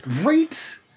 Right